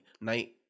night